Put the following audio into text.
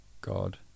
God